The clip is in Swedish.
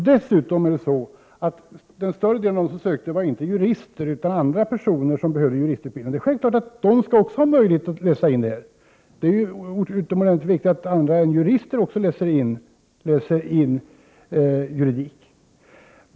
Dessutom var större delen av dem som sökte inte jurister utan andra personer som behövde denna juristutbildning. Självklart skall även dessa personer ha möjlighet att läsa in detta, eftersom det är utomordentligt viktigt att andra än jurister läser juridik.